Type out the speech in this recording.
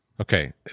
Okay